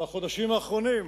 בחודשים האחרונים,